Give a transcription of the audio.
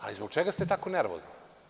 Ali, zbog čega ste tako nervozni?